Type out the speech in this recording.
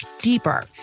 deeper